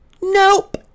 Nope